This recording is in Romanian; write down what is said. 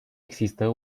există